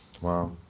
Wow